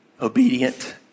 obedient